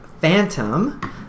Phantom